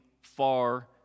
far